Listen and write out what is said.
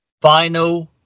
Final